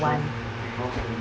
want